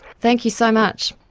thank you so much